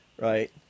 Right